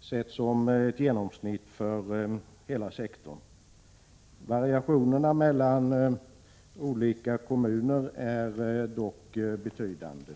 sett i ett genomsnitt för hela sektorn, under senare år varit relativt hygglig. Variationerna mellan olika kommuner är dock betydande.